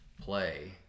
play